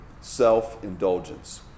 self-indulgence